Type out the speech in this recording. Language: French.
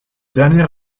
dernier